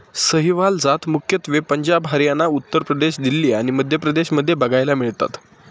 सहीवाल जात मुख्यत्वे पंजाब, हरियाणा, उत्तर प्रदेश, दिल्ली आणि मध्य प्रदेश मध्ये बघायला मिळतात